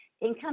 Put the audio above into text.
Income